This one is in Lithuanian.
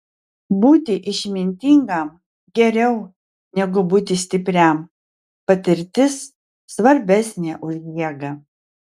būti išmintingam geriau negu būti stipriam patirtis svarbesnė už jėgą